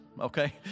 okay